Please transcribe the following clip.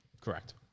Correct